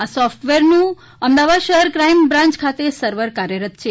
આ સોફટવેરનું અમદાવાદ શહેર ક્રાઈમ બ્રાન્ય ખાતે સર્વર કાર્યરત છે